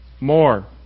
more